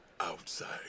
outside